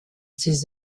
ses